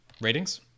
Ratings